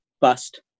bust